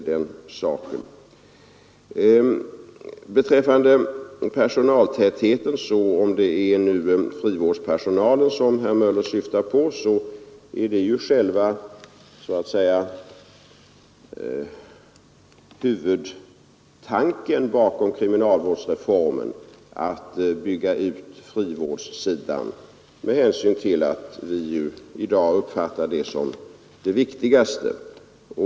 Om herr Möller nu, när han talar om personaltätheten, syftar på frivårdspersonalen vill jag påpeka att huvudtanken bakom kriminalvårdsreformen är att man skall bygga ut frivårdssidan med hänsyn till att vi i dag uppfattar den delen som den viktigaste.